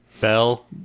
Bell